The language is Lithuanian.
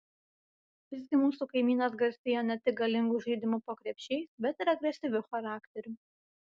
visgi mūsų kaimynas garsėjo ne tik galingu žaidimu po krepšiais bet ir agresyviu charakteriu